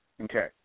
Okay